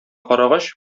карагач